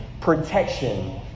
protection